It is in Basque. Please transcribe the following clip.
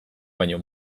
baino